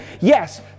yes